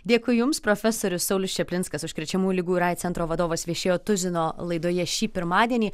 dėkui jums profesorius saulius čaplinskas užkrečiamųjų ligų ir aids centro vadovas viešėjo tuzino laidoje šį pirmadienį